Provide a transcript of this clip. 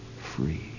free